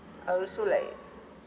I'll also like